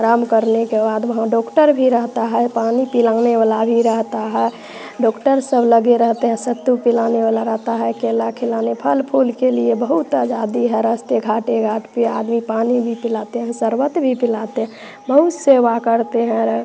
आराम करने के बाद वहाँ डॉक्टर भी रहता हैं पानी पिलाने वाला भी रहता है डॉक्टर सब लगे रहते हैं सत्तू पिलाने वाला रहता है केला खिलाने फल फूल के लिए बहुत आजादी है रस्ते घाटे घाट पे आदमी पानी भी पिलाते हैं सरबत भी पिलाते बहुत सेवा करते हैं